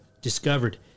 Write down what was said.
discovered